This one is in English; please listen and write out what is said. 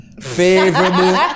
Favorable